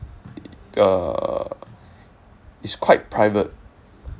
uh is quite private